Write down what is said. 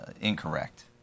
incorrect